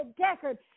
Deckard